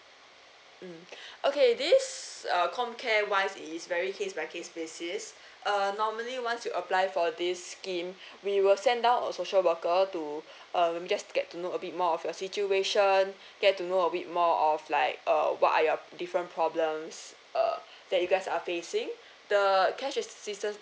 mm okay this uh comcare wise is very case by case basis uh normally once you applied for this scheme we will send out a social worker to uh we just get to know a bit more of your situation get to know a bit more of like uh what are your different problems uh that you guys are facing the care assistance